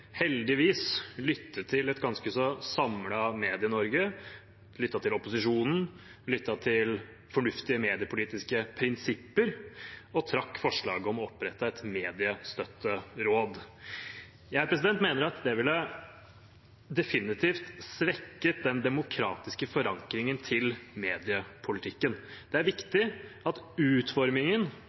heldigvis – lyttet til et ganske så samlet Medie-Norge, lyttet til opposisjonen, lyttet til fornuftige mediepolitiske prinsipper og trakk forslaget om å opprette et mediestøtteråd. Jeg mener at det definitivt ville svekket den demokratiske forankringen til mediepolitikken. Det er viktig at velgerne må kunne holde oss representanter ansvarlig for utformingen